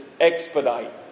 expedite